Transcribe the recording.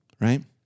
right